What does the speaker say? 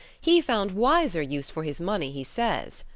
he found wiser use for his money, he says,